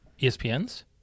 ESPNs